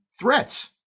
threats